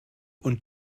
und